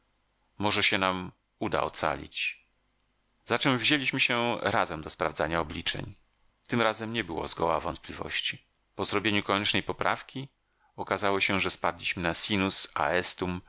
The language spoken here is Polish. może się nam uda ocalić zaczem wzięliśmy się razem do sprawdzania obliczeń tym razem nie było zgoła wątpliwości po zrobieniu koniecznej poprawki okazało się że spadliśmy na